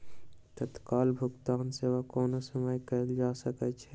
तत्काल भुगतान सेवा कोनो समय कयल जा सकै छै